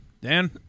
Dan